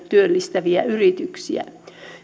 työllistäviä yrityksiä